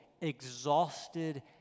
exhausted